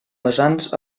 vessants